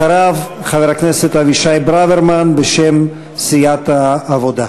אחריו, חבר הכנסת אבישי ברוורמן, בשם סיעת העבודה.